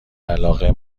علاقه